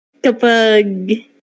kapag